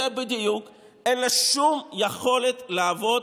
יודע בדיוק: אין לה שום יכולת לעבוד